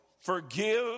forgive